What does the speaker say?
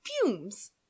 fumes